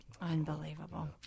Unbelievable